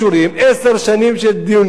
עשר שנים של דיונים,